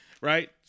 right